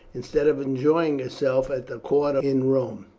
instead of enjoying herself at the court in rome.